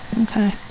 Okay